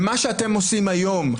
ומה שאתם עושים היום,